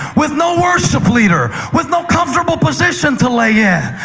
with no worship leader, with no comfortable position to lie yeah